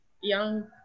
young